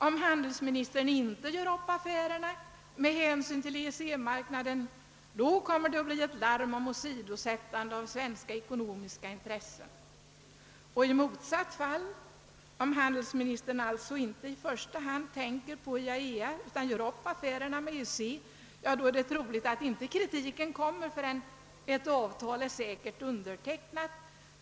Om handelsministern inte gör upp affären med hänsyn till EEC-marknaden blir det ett larm om »åsidosättande av svenska ekonomiska intressen». Om handelsministern inte i första hand tänker på IAEA utan gör upp affären med EEC, är det troligt att kritiken inte kommer förrän ett avtal är säkert undertecknat.